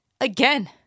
again